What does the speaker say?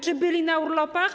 Czy byli na urlopach?